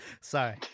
Sorry